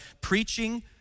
Preaching